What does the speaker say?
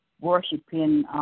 worshiping